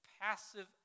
passive